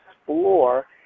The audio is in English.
explore